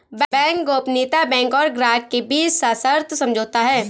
bank गोपनीयता bank और ग्राहक के बीच सशर्त समझौता है